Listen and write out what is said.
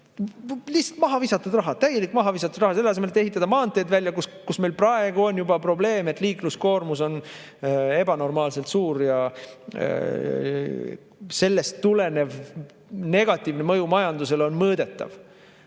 Lihtsalt mahavisatud raha. Täiesti mahavisatud raha! Selle asemel võiks ehitada välja maanteed, kus meil praegu on probleem, et liikluskoormus on ebanormaalselt suur. Sellest tulenev negatiivne mõju majandusele on mõõdetav.